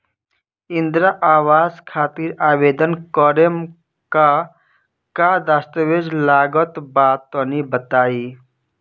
इंद्रा आवास खातिर आवेदन करेम का का दास्तावेज लगा तऽ तनि बता?